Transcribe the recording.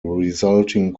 resulting